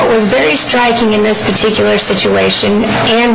it was very striking in this particular situation and